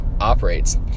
operates